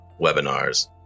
webinars